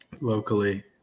locally